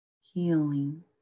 healing